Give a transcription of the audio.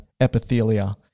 epithelia